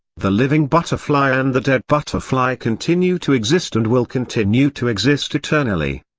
the living butterfly and the dead butterfly continue to exist and will continue to exist eternally.